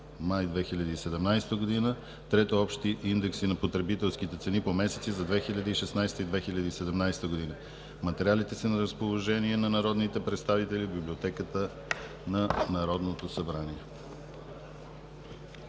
май 2017 г.“; трето – „Общи индекси на потребителските цени по месеци за 2016 и 2017 г.“ Материалите са на разположение на народните представители в Библиотеката на Народното събрание.